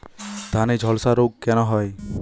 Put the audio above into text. ধানে ঝলসা রোগ কেন হয়?